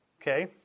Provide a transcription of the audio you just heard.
Okay